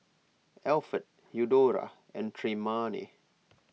Alferd Eudora and Tremayne